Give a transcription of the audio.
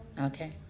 Okay